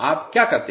आप क्या करते हैं